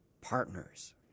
partners